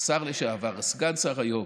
השר לשעבר, סגן השר היום,